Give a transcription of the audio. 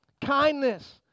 kindness